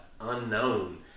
unknown